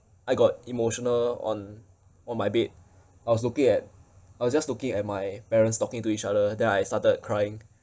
I got emotional on on my bed I was looking at I was just looking at my parents talking to each other then I started crying